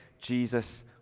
Jesus